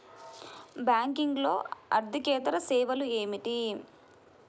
బ్యాంకింగ్లో అర్దికేతర సేవలు ఏమిటీ?